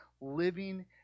living